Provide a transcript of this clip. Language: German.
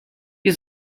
wir